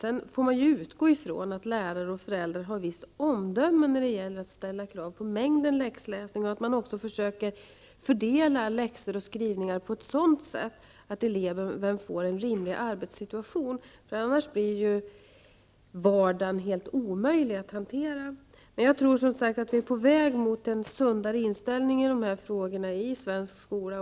Sedan får man utgå från att lärare och föräldrar har ett visst omdöme när det gäller att ställa krav på mängden läxor och att lärarna också försöker fördela läxor och skrivningar på ett sådant sätt att eleverna får en rimlig arbetssitation, annars blir vardagen helt omöjlig att hantera. Men jag tror, som sagt, att vi är på väg mot en sundare inställning när det gäller dessa frågor i svensk skola.